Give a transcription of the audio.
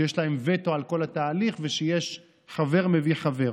כשיש להם וטו על כל התהליך וכשיש חבר מביא חבר.